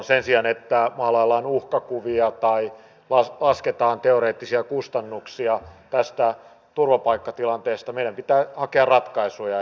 sen sijaan että maalaillaan uhkakuvia tai lasketaan teoreettisia kustannuksia tästä turvapaikkatilanteesta meidän pitää hakea ratkaisuja